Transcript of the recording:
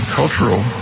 cultural